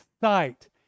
sight